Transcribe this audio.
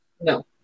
No